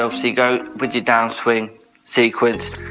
obviously go with your downswing sequence.